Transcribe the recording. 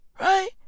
Right